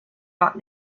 not